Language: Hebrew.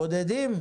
בודדים?